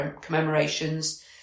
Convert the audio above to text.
commemorations